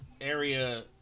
area